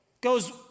goes